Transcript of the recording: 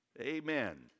amen